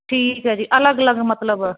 ਠੀਕ ਹੈ ਜੀ ਅਲੱਗ ਅਲੱਗ ਮਤਲਬ